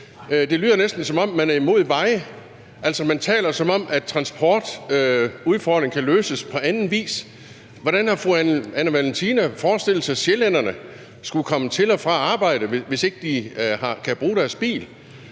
det lyder næsten, som om man er imod veje. Altså, man taler, som om transportudfordringer kan løses på anden vis. Hvordan har fru Anne Valentina Berthelsen forestillet sig at sjællænderne skulle komme til og fra arbejde, hvis ikke de kan bruge deres bil?